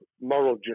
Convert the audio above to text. moral